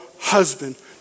husband